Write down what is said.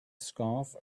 scarf